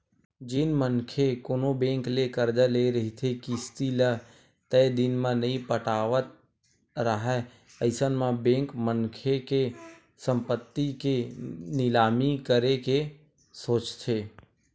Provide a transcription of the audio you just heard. जेन मनखे कोनो बेंक ले करजा ले रहिथे किस्ती ल तय दिन म नइ पटावत राहय अइसन म बेंक मनखे के संपत्ति के निलामी करे के सोचथे